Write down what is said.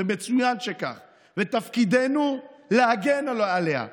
ומצוין שכך, ותפקידנו להגן עליה.